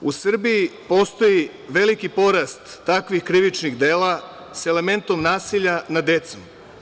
U Srbiji postoji veliki porast takvih krivičnih dela sa elementom nasilja nad decom.